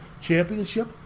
championship